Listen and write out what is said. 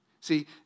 See